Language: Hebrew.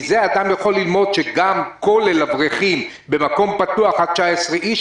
מזה אדם יכול ללמוד שגם כולל אברכים במקום פתוח עד 19 איש?